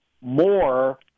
more